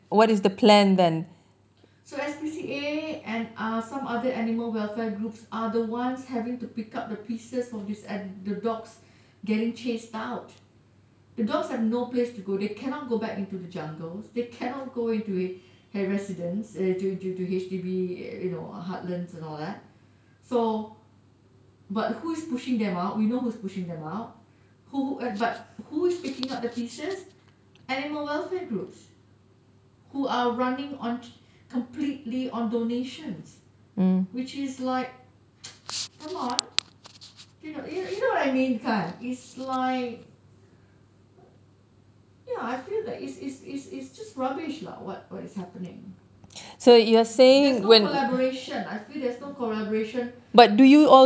so S_P_C_A and some other animal welfare groups are the ones having to pick up the pieces of these the dogs getting chased out the dogs have no place to go they cannot go back into the jungles they cannot go into a residence into into H_D_B you know heartlands and all that so but who is pushing them out we know who is pushing them out who but who is picking up the pieces animal welfare groups who are running on completely on donations which is like come on you know what I mean kan it's like ya I feel that it's it's it's it's it's just rubbish lah what is happen there is no collaboration I feel there is no collaboration